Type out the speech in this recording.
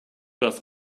das